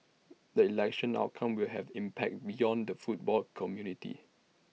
the election outcome will have impact beyond the football community